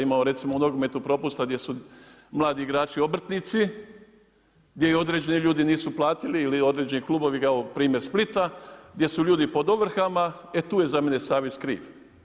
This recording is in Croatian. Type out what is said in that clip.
Imamo recimo u nogometu propusta gdje su mladi igrači obrtnici, gdje im određeni ljudi nisu platili ili određeni klubovi kao primjer Splita, gdje su ljudi pod ovrhama, e tu je za mene Savez kriv.